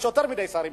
יש יותר מדי שרים,